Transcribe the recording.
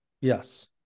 yes